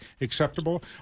acceptable